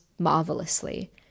Marvelously